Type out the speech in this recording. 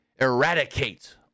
eradicate